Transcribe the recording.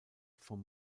vom